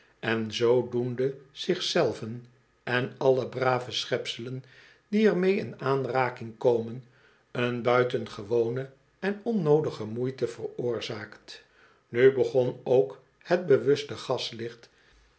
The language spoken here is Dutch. en zoodoende zich zelven en allen braven schepselen die er mee in aanraking komen een buitengewone en onnoodige moeite veroorzaakt nu begon ook het bewuste